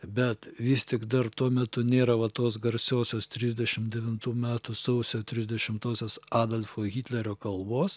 bet vis tik dar tuo metu nėra va tos garsiosios trisdešim devintų metų sausio trisdešimtosios adolfo hitlerio kalbos